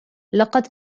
لقد